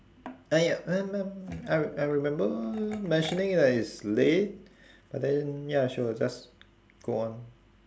!aiya! um um I re~ I remember mentioning that it's late but then ya she will just go on